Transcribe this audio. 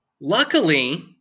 Luckily